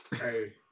Hey